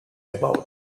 about